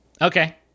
Okay